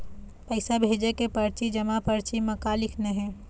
पैसा भेजे के परची जमा परची म का लिखना हे?